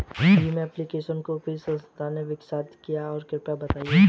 Bhim application को किस संस्था ने विकसित किया है कृपया बताइए?